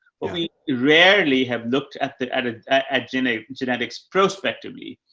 but we rarely have looked at the edit at jenae genetics prospectively.